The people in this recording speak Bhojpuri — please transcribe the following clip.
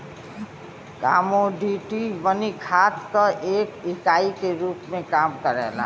कमोडिटी मनी खात क एक इकाई के रूप में काम करला